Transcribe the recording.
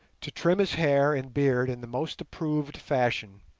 to trim his hair and beard in the most approved fashion.